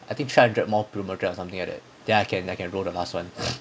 I think three hundred more primogems something like that then I can I can roll the last [one]